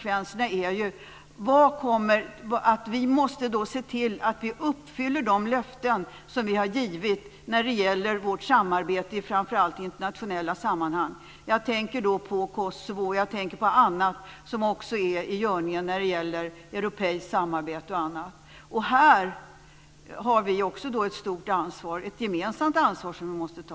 Vi måste se till att vi uppfyller de löften som vi har givit när det gäller vårt samarbete framför allt i internationella sammanhang. Jag tänker då på Kosovo och annat som är i görningen inom det europeiska samarbetet. Här har vi också ett stort ansvar, ett gemensamt ansvar som vi måste ta.